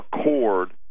Accord